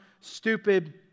stupid